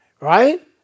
Right